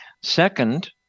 second